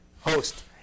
host